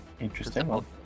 Interesting